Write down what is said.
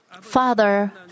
Father